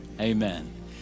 amen